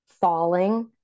Falling